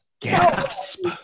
Gasp